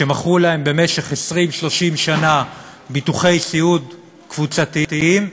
שמכרו להם במשך 30-20 שנה ביטוחי סיעוד קבוצתיים,